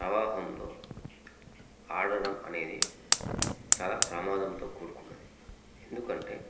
ప్రవాహంలో ఆడడం అనేది చాలా ప్రమాదంతో కూడుకున్నది ఎందుకంటే